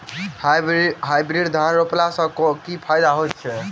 Hybrid धान रोपला सँ की फायदा होइत अछि?